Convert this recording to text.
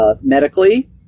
medically